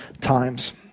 times